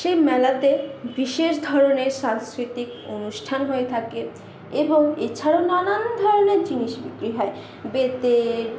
সেই মেলাতে বিশেষ ধরণের সাংস্কৃতিক অনুষ্ঠান হয়ে থাকে এবং এছাড়াও নানা ধরনের জিনিস বিক্রি হয় বেতের